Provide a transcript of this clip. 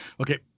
Okay